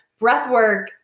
breathwork